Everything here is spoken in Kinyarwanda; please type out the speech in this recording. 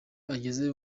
ageze